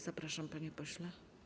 Zapraszam, panie pośle.